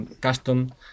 custom